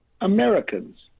Americans